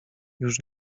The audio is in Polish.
już